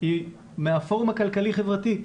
היא מהפורום הכלכלי-חברתי.